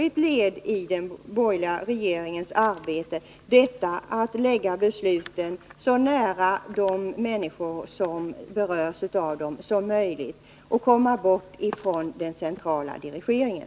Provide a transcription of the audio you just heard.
Ett led i den borgerliga regeringens arbete är alltså strävan att lägga besluten så nära de människor som berörs av dem som möjligt och att komma bort från den centrala dirigeringen.